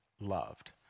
loved